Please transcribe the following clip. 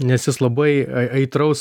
nes jis labai ai aitraus